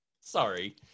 Sorry